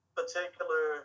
particular